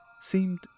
seemed